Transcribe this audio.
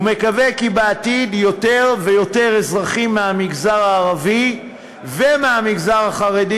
ומקווה שבעתיד יותר ויותר אזרחים מהמגזר הערבי ומהמגזר החרדי